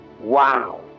wow